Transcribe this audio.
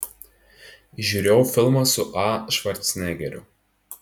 žiūrėjau filmą su a švarcnegeriu